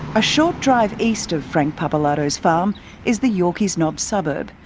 a short drive east of frank pappalardo's farm is the yorkeys knob suburb,